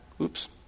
Oops